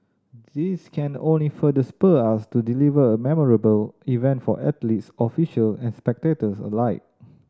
this can only further spur us to deliver a memorable event for athletes official and spectators alike